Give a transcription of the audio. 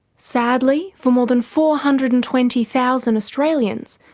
sadly, for more than four hundred and twenty thousand australians,